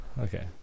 Okay